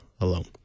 alone